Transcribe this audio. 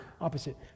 Opposite